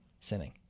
sinning